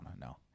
No